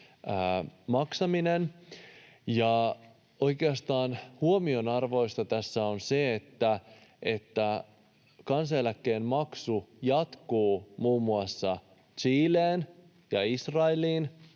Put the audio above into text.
maksaminen, ja oikeastaan huomionarvoista tässä on se, että kansaneläkkeen maksu jatkuu muun muassa Chileen ja Israeliin